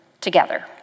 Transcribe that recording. together